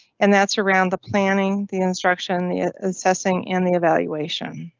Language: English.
and that's around the planning, the instruction, the assessing in the evaluation.